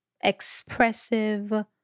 expressive